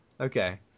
okay